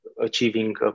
achieving